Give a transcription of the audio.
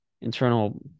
internal